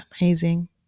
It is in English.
Amazing